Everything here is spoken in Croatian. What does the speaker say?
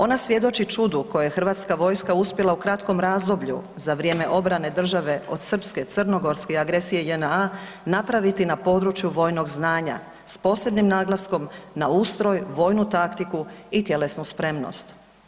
Ona svjedoči čudu koje je Hrvatska vojska uspjela u kratkom razdoblju za vrijeme obrane države od srpske, crnogorske i agresije JNA napraviti na području vojnog znanja, s posebnim naglaskom na ustroj, vojnu taktiku i tjelesnu spremnost.